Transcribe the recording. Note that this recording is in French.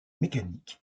mécaniques